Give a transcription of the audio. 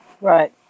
Right